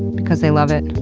because they love it.